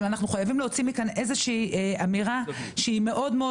אבל אנחנו חייבים להוציא מכאן איזושהי אמירה שהיא מאוד מאוד